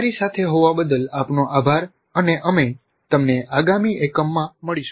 અમારી સાથે હોવા બદલ આપનો આભાર અને અમે તમને આગામી એકમમાં મળીશું